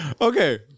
Okay